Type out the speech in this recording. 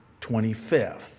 25th